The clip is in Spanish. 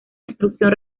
instrucción